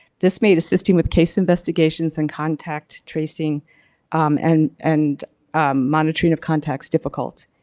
this made assisting with case investigations and contact tracing um and and monitoring of contacts difficult.